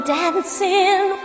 dancing